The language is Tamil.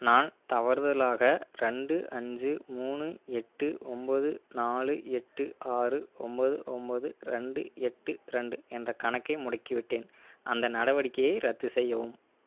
நான் தவறுதலாக ரெண்டு அஞ்சு மூனு எட்டு ஒன்பது நாலு எட்டு ஆறு ஒம்பது ஒம்போது ரெண்டு எட்டு ரெண்டு என்ற கணக்கை முடக்கிவிட்டேன் அந்த நடவடிக்கையை ரத்து செய்யவும்